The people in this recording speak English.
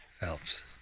Phelps